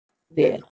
they